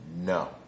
No